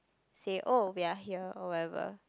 say oh we are here or whatever